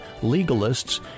legalists